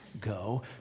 go